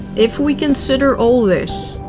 if we consider all this,